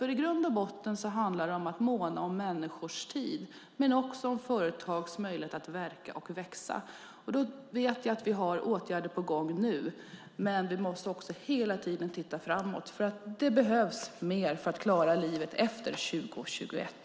I grund och botten handlar det om att måna om människors tid men också om företags möjlighet att verka och växa. Jag vet att vi har åtgärder på gång nu, men vi måste också hela tiden titta framåt. Det behövs mer för att klara livet också efter 2021.